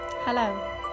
Hello